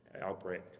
outbreak